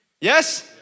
Yes